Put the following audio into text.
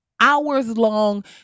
hours-long